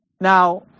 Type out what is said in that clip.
Now